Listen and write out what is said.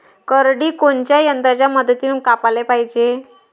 करडी कोनच्या यंत्राच्या मदतीनं कापाले पायजे?